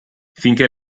finché